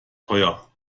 teuer